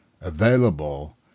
Available